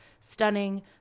stunning